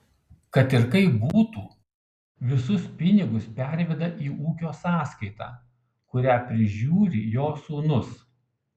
kad ir kaip būtų visus pinigus perveda į ūkio sąskaitą kurią prižiūri jo sūnus